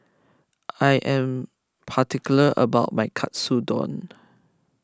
I am particular about my Katsudon